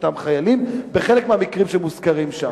אותם חיילים בחלק מהמקרים שמוזכרים שם.